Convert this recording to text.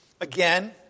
again